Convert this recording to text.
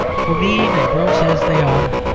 for, mean and gross as they are,